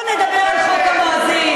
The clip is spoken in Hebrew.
בואו נדבר על חוק המואזין,